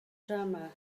drama